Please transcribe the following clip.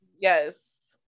yes